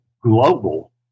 global